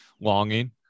longing